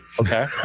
Okay